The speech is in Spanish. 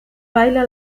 baila